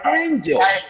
angels